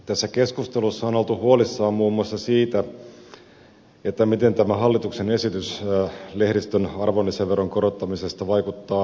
tässä keskustelussa on oltu huolissaan muun muassa siitä miten tämä hallituksen esitys lehdistön arvonlisäveron korottamisesta vaikuttaa moniäänisyyteen